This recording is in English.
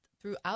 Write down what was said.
throughout